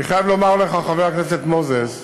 אני חייב לומר לכם, חברי הכנסת מוזס ומקלב,